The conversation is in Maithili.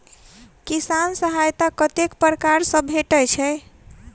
किसान सहायता कतेक पारकर सऽ भेटय छै?